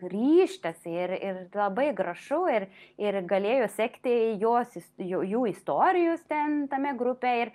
ryžtasi ir ir labai gražu ir ir galėjo sekti jos jau jų istorijos ten tame grupe ir